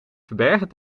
verbergen